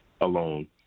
alone